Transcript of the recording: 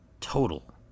total